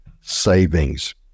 savings